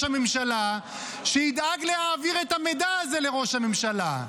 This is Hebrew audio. הממשלה שידאג להעביר את המידע הזה לראש הממשלה.